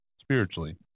spiritually